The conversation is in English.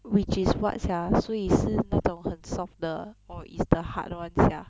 which is what sia 所以是那种很 soft 的 or is the hard [one] sia